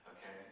Okay